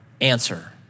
answer